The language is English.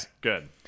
good